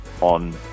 on